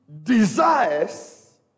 Desires